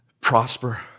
Prosper